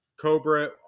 Cobra